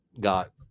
got